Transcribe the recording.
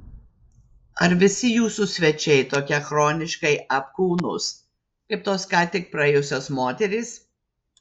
ar visi jūsų svečiai tokie chroniškai apkūnūs kaip tos ką tik praėjusios moterys